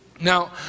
Now